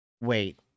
wait